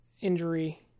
injury